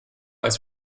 als